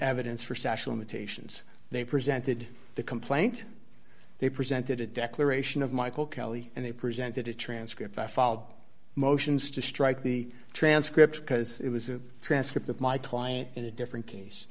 evidence for special imitations they presented the complaint they presented a declaration of michael kelly and they presented a transcript i filed motions to strike the transcript because it was a transcript of my client in a different case